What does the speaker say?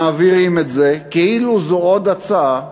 מעבירים את זה כאילו זו עוד הצעה,